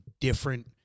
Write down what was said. different